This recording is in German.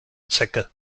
zecke